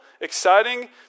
exciting